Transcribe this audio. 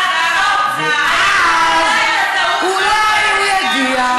היית מגלה את הטעות הזו, ואז אולי הוא יגיע.